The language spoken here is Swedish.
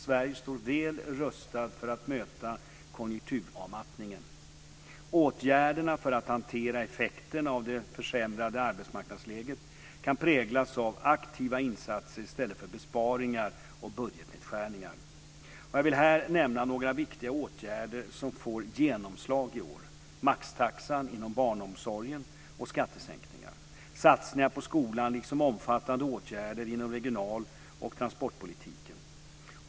Sverige står väl rustat för att möta konjunkturavmattningen. Åtgärderna för att hantera effekterna av det försämrade arbetsmarknadsläget kan präglas av aktiva insatser i stället för besparingar och budgetnedskärningar. Jag vill här nämna några viktiga åtgärder som får genomslag i år. Maxtaxan inom barnomsorgen och skattesänkningar, satsningen på skolan liksom omfattande åtgärder inom regional och transportpolitiken.